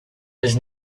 was